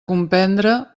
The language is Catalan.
comprendre